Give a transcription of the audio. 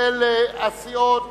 של סיעות